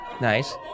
Nice